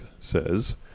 says